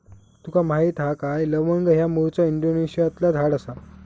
तुका माहीत हा काय लवंग ह्या मूळचा इंडोनेशियातला झाड आसा